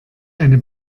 eine